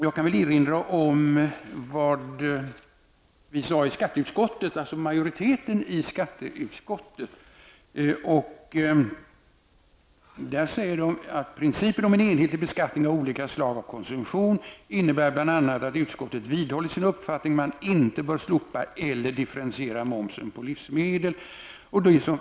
Jag kan dock erinra om att majoriteten i skatteutskottet, när det gäller principer om en enhetlig beskattning av olika slag av konsumtion, vidhåller sin uppfattning att man inte bör slopa eller differentiera momsen på livsmedel.